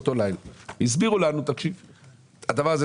נכון,